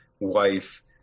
wife